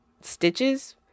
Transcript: stitches